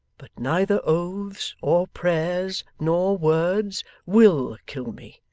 but neither oaths, or prayers, nor words, will kill me,